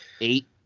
eight